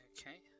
Okay